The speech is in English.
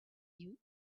you